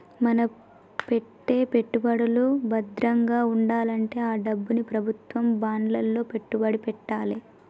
మన పెట్టే పెట్టుబడులు భద్రంగా వుండాలంటే ఆ డబ్బుని ప్రభుత్వం బాండ్లలో పెట్టుబడి పెట్టాలే